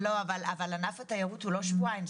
אבל ענף התיירות הוא לא שבועיים.